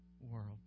world